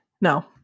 no